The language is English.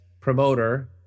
promoter